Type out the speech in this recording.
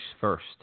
first